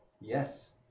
Yes